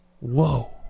Whoa